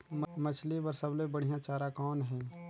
मछरी बर सबले बढ़िया चारा कौन हे?